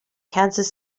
kansas